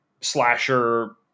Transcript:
slasher